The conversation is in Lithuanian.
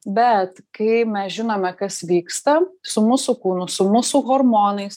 bet kai mes žinome kas vyksta su mūsų kūnu su mūsų hormonais